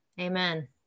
amen